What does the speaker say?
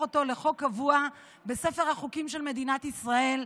אותו לחוק קבוע בספר החוקים של מדינת ישראל.